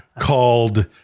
called